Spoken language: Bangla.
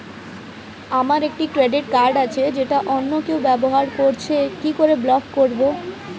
আমার একটি ক্রেডিট কার্ড আছে যেটা অন্য কেউ ব্যবহার করছে কি করে ব্লক করবো?